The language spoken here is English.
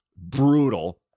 brutal